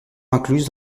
incluse